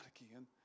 again